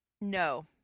No